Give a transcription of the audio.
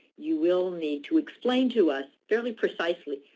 you will need to explain to us, fairly precisely,